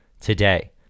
today